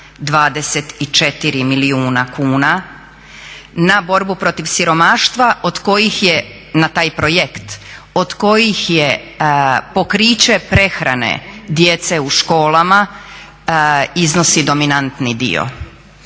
24 milijuna kuna na borbu protiv siromaštva od kojih je na taj projekt od kojih je pokriće prehrane djece u školama iznosi dominantni dio.